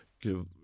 give